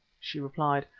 she replied,